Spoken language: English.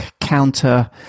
counter